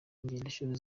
ingendoshuri